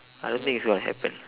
I don't think it's going to happen